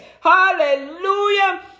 Hallelujah